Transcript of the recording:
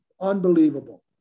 unbelievable